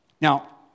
Now